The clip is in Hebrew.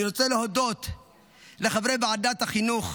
אני רוצה להודות לחברי ועדת החינוך.